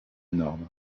norme